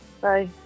Bye